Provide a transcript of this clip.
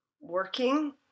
working